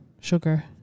sugar